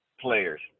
players